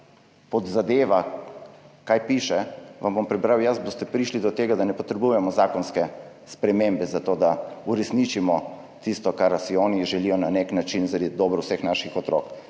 pod zadeva, kaj piše, vam bom prebral jaz, boste prišli do tega, da ne potrebujemo zakonske spremembe za to, da uresničimo tisto, kar si oni želijo na nek način v dobro vseh naših otrok.